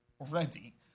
already